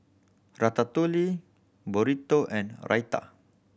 Ratatouille Burrito and Raita